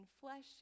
flesh